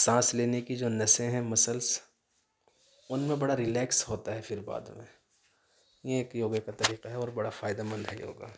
سانس لینے کی جو نسیں ہیں مسلس ان میں بڑا ریلکس ہوتا ہے پھر بعد میں یہ ایک یوگا کا طریقہ ہے اور بڑا فائدہ مند ہے یوگا